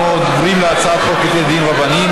אנחנו עוברים להצעת חוק בתי דין רבניים